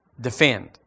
defend